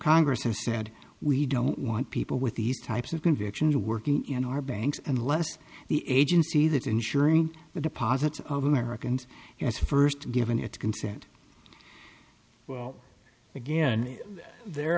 congress or said we don't want people with these types of convictions or working in our banks unless the agency that insuring the deposits of americans as first given its consent well again their